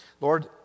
Lord